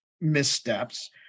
missteps